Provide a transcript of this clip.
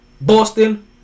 Boston